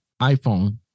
iPhone